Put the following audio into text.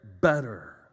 better